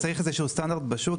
צריך איזשהו סטנדרט בשוק,